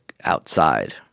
outside